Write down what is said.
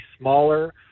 smaller